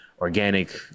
organic